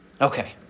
Okay